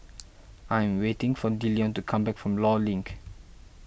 I am waiting for Dillion to come back from Law Link